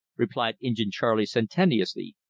replied injin charley sententiously,